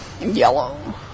Yellow